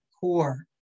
Core